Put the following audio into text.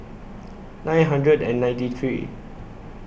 nine hundred and ninety three